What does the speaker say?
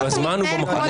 למה אתה מתנהל כמו דיקטטור?